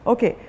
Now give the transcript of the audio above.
Okay